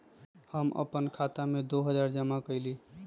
हम अपन खाता में दो हजार जमा कइली